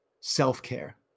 self-care